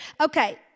Okay